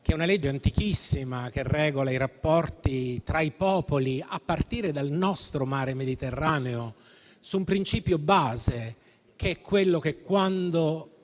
che è una legge antichissima che regola i rapporti tra i popoli, a partire dal nostro mare Mediterraneo, che si fonda su un principio base che è quello che quando